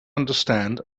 understand